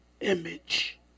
image